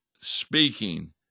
speaking